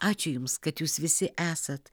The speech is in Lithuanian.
ačiū jums kad jūs visi esat